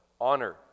honor